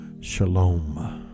Shalom